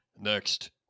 Next